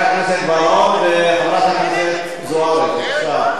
חבר הכנסת בר-און וחברת הכנסת זוארץ, בבקשה.